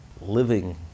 living